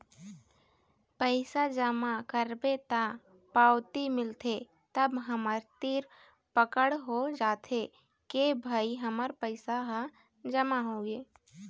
पइसा जमा करबे त पावती मिलथे तब हमर तीर पकड़ हो जाथे के भई हमर पइसा ह जमा होगे